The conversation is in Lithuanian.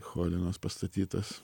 cholinos pastatytas